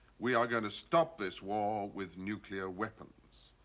we are going to stop this war with nuclear weapons.